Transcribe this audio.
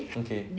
okay